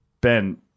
Ben